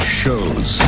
shows